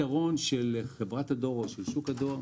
הפתרון לחברת הדואר או לשוק הדואר